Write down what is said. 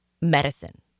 medicine